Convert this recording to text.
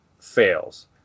fails